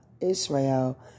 Israel